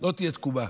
לא תהיה תקומה.